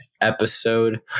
episode